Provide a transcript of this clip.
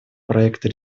проекты